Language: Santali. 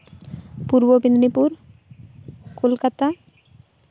ᱯᱩᱨᱵᱚ ᱢᱮᱫᱽᱱᱤᱯᱩᱨ ᱠᱳᱞᱠᱟᱛᱟ